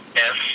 yes